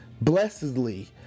blessedly